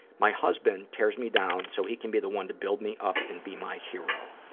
my husband tears me down so he can be the one to build me up and be my hero.